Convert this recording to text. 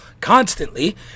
constantly